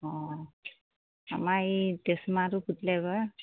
অঁ আমাৰ এই ট্ৰেঞ্চফৰ্মাৰটো ফুটিলে আকৌ